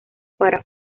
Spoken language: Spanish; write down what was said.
para